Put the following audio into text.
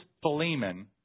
Philemon